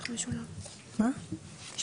זה